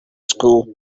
school